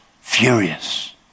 furious